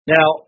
Now